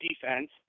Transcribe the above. defense